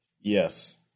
Yes